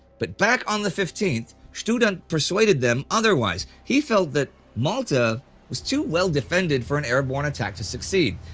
but back on the fifteenth, student persuaded them otherwise. he felt that malta was too well defended for an airborne attack to succeed,